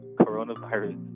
coronavirus